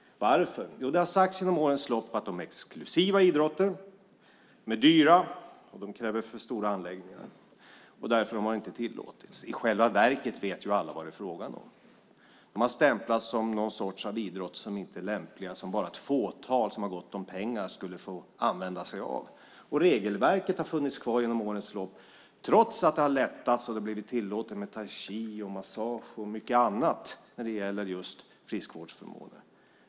Varför? Jo, det har sagts under årens lopp att det är exklusiva idrotter, att de är dyra och att de kräver för stora anläggningar. Därför har de inte tillåtits. I själva verket vet alla vad det är fråga om. De har stämplats som någon sorts idrott som inte är lämplig, som bara ett fåtal som har gott om pengar skulle få använda sig av. Regelverket har funnits kvar genom åren trots att det har lättats upp och blivit tillåtet med taiji, massage och mycket annat när det gäller just friskvårdsförmånerna.